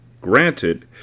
Granted